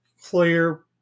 Clear